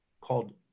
called